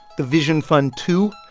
the vision fund two,